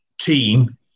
team